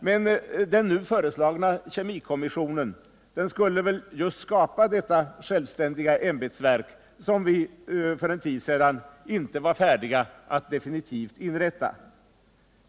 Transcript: Men den nu föreslagna kemikommissionen skulle väl just skapa det självständiga ämbetsverk som vi för en tid sedan inte var färdiga att definitivt inrätta.